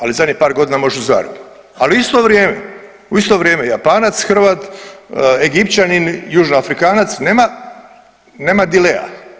Ali zadnjih par godina možeš u Zagrebu, ali u isto vrijeme, u isto vrijeme Japanac, Hrvat, Egipćanin, južnoafrikanac nema dealera.